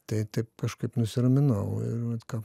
tai taip kažkaip nusiraminau ir vat ką